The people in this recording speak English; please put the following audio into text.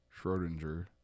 Schrodinger